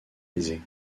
aisée